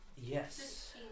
yes